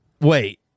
Wait